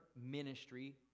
ministry